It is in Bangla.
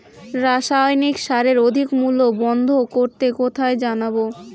রাসায়নিক সারের অধিক মূল্য বন্ধ করতে কোথায় জানাবো?